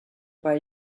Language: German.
bei